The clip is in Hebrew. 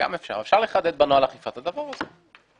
אפשר לחדד בנוהל האכיפה את הדבר הזה.